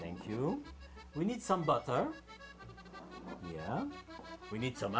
thank you we need some butter yeah we need